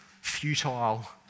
futile